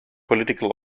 political